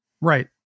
Right